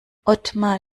otmar